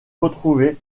retrouvé